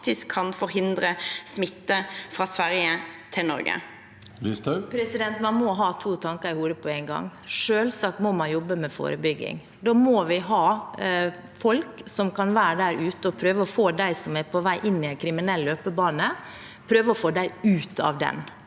faktisk kan forhindre smitte fra Sverige til Norge? Sylvi Listhaug (FrP) Man må ha to tan- ker i hodet på en gang. Selvsagt må man jobbe med forebygging. Da må vi ha folk som kan være der ute og prøve å få dem som er på vei inn i en kriminell løpebane, ut av den.